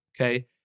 Okay